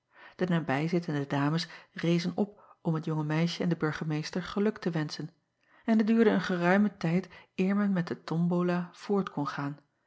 e nabij zittende dames rezen op om het jonge meisje en den burgemeester geluk te wenschen en het duurde een geruimen tijd eer men met de tombola voort kon gaan